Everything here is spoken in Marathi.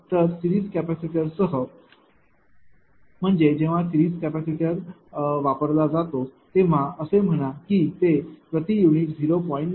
तर सिरीज कॅपेसिटरसह म्हणजे जेव्हा सिरीज कॅपॅसिटर वापरले जाते तेव्हा असे म्हणा की ते प्रति युनिट 0